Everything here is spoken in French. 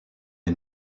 les